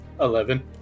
Eleven